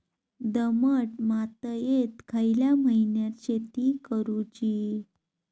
दमट मातयेत खयल्या महिन्यात शेती करुची?